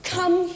Come